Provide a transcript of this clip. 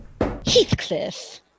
Heathcliff